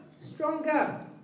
stronger